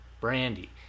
brandy